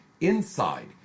INSIDE